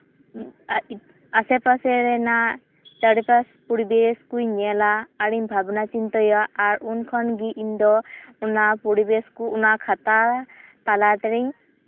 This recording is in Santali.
ᱟᱥᱮᱼᱯᱟᱥᱮ ᱨᱮᱱᱟᱜ ᱪᱟᱨᱯᱟᱥ ᱯᱚᱨᱤᱵᱮᱥ ᱠᱚᱹᱧ ᱧᱮᱞᱟ ᱟᱨᱤᱧ ᱵᱷᱟᱵᱽᱱᱟ ᱪᱤᱱᱛᱟᱹᱭᱟ ᱟᱨ ᱩᱱ ᱠᱷᱚᱱ ᱜᱮ ᱤᱧ ᱫᱚ ᱚᱱᱟ ᱯᱚᱨᱤᱵᱮᱥ ᱠᱚ ᱚᱱᱟ ᱠᱷᱟᱛᱟ ᱛᱟᱞᱟᱛᱮᱧ